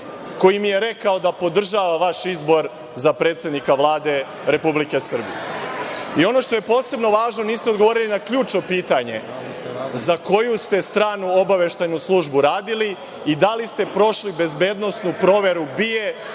koji mi je rekao da podržava vaš izbor za predsednika Vlade Republike Srbije. Ono što je posebno važno, niste odgovorili na ključno pitanje – za koju ste stranu obaveštajnu službu radili i da li ste prošli bezbednosnu proveru BIA